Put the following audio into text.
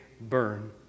burn